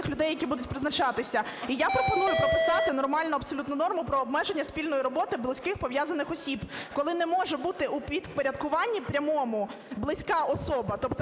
людей, які будуть призначатися. І я пропоную прописати нормальну абсолютну норму про обмеження спільної роботи близьких пов'язаних осіб, коли не може бути у підпорядкуванні прямому близька особа.